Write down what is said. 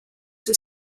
were